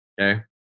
Okay